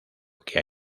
que